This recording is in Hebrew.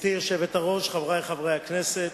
גברתי היושבת-ראש, חברי חברי הכנסת,